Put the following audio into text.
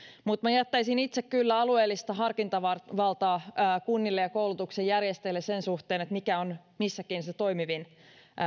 mutta minä itse kyllä jättäisin alueellista harkintavaltaa kunnille ja koulutuksenjärjestäjille sen suhteen mikä on missäkin se toimivin